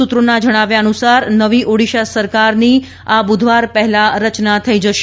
સૂત્રોના જણાવ્યા અનુસાર નવી ઓડિશા સરકારની આ બુધવાર પહેલા રચના થઈ જશે